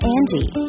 Angie